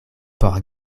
por